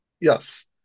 Yes